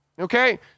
Okay